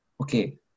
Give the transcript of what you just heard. Okay